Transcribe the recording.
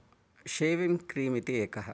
shaving cream इति एकः